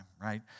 right